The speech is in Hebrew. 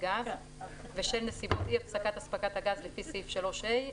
גז ושל נסיבות אי הפסקת הספקת גז לפי סעיף 3(ה),